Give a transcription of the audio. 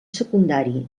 secundari